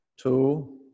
two